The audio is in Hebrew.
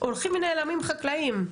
הולכים ונעלמים חקלאים,